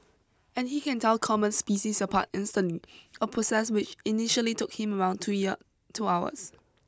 and he can tell common species apart instantly a process which initially took him around two year two hours